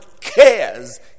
cares